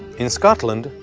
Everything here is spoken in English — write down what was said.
in scotland,